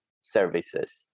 services